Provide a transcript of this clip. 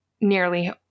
nearly